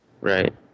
Right